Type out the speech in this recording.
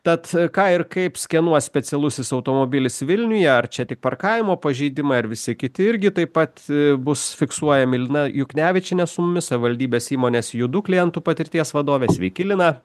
tad ką ir kaip skenuos specialusis automobilis vilniuje ar čia tik parkavimo pažeidimai ar visi kiti irgi taip pat bus fiksuojami lina juknevičienė su mumis savivaldybės įmonės judu klientų patirties vadovė sveiki lina